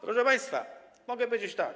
Proszę państwa, mogę powiedzieć tak.